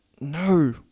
no